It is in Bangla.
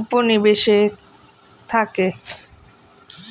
উপনিবেশে থাকে